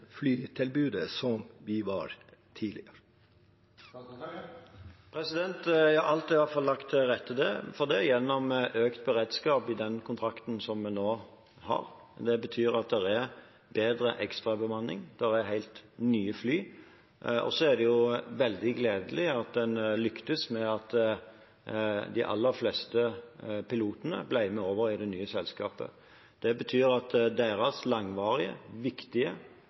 i hvert fall lagt til rette for det gjennom økt beredskap i den kontrakten som vi nå har. Det betyr at det er bedre ekstrabemanning, og det er helt nye fly. Det er også veldig gledelig at en lyktes med at de aller fleste pilotene ble med over i det nye selskapet. Det betyr at deres langvarige, viktige